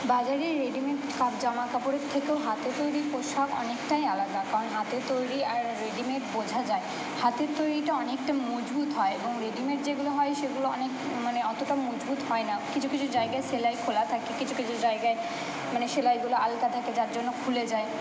বাজারে রেডিমেড জামা কাপড়ের থেকেও হাতে তৈরি পোশাক অনেকটাই আলাদা কারণ হাতে তৈরি আর রেডিমেড বোঝা যায় হাতের তৈরিটা অনেকটা মজবুত হয় এবং রেডিমেড যেগুলো হয় সেগুলো অনেক মানে অতোটা মজবুত হয় না কিছু কিছু জায়গায় সেলাই খোলা থাকে কিছু কিছু জায়গায় মানে সেলাইগুলো আলগা থাকে যার জন্য খুলে যায়